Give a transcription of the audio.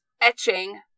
etching